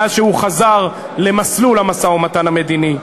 מאז חזר למסלול המשא-ומתן המדיני,